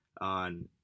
on